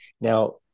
Now